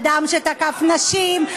אדם שתקף נשים,